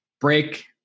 Break